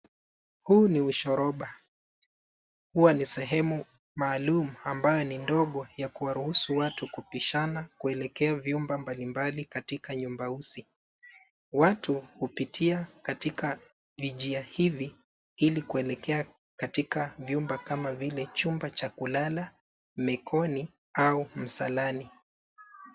Huu ni ushoroba, huwa ni sehemu maalum ambayo ni ndogo ya kuwaruhusu watu kupishana kuelekea vyumba mbalimbali katika nyumbausi. Watu hupitia katika vinjia hivi ili kuelekea katika vyumba kama vile chumba cha kulala, mekoni au msalani.